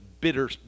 bitter